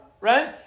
Right